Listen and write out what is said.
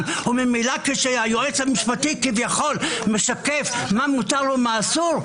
וממילא כשהיועץ המשפט כביכול משקף מה מותר ומה אסור,